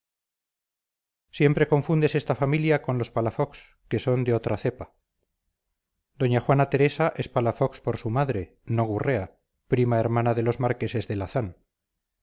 siempre confundes esta familia con los palafox que son de otra cepa doña juana teresa es palafox por su madre no gurrea prima hermana de los marqueses de lazán ya sabes